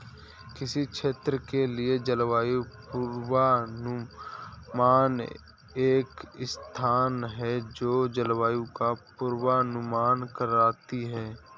किसी क्षेत्र के लिए जलवायु पूर्वानुमान एक संस्था है जो जलवायु का पूर्वानुमान करती है